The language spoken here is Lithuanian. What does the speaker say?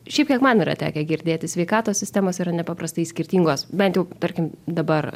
šiaip kiek man yra tekę girdėti sveikatos sistemos yra nepaprastai skirtingos bent jau tarkim dabar